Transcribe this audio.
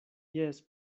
jes